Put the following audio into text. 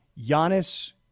Giannis